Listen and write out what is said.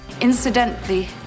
incidentally